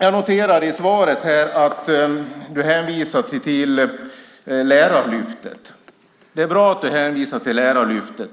Jag noterade att du i svaret hänvisade till Lärarlyftet. Det är bra att du hänvisar till Lärarlyftet.